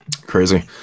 Crazy